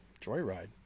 Joyride